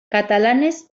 katalanez